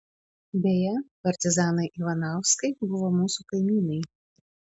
beje partizanai ivanauskai buvo mūsų kaimynai